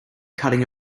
cutting